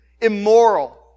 immoral